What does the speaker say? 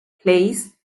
plays